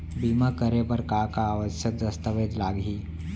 बीमा करे बर का का आवश्यक दस्तावेज लागही